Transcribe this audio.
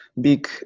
big